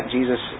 Jesus